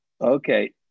Okay